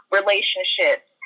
relationships